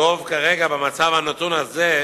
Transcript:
טוב כרגע, במצב הנתון הזה,